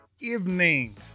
evening